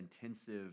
intensive